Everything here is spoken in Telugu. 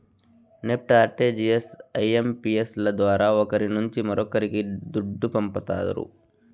నెప్ట్, ఆర్టీజియస్, ఐయంపియస్ ల ద్వారా ఒకరి నుంచి మరొక్కరికి దుడ్డు పంపతారు